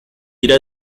irá